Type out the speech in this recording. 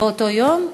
באותו היום.